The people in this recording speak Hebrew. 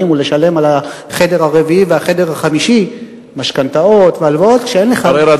ולשלם על החדר הרביעי והחדר החמישי משכנתאות והלוואות מתברר,